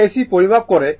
এটি AC পরিমাপ করে